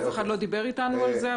אף אחד לא דיבר איתנו על זה,